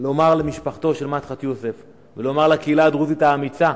צריך לומר למשפחתו של מדחת יוסף ולומר לקהילה הדרוזית האמיצה,